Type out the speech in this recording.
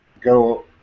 go